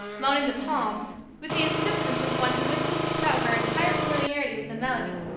moaning the palms with the insistence of one who wishes to show her entire familiarity with a melody,